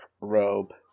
robe